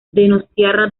donostiarra